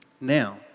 Now